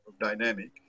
dynamic